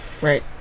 right